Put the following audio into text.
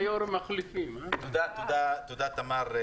באמת תודה, תמר.